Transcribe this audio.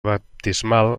baptismal